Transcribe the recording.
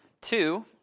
Two